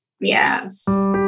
Yes